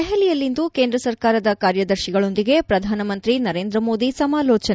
ದೆಹಲಿಯಲ್ಲಿಂದು ಕೇಂದ್ರಸರ್ಕಾರದ ಕಾರ್ಯದರ್ತಿಗಳೊಂದಿಗೆ ಪ್ರಧಾನಮಂತ್ರಿ ನರೇಂದ್ರ ಮೋದಿ ಸಮಾರೋಚನೆ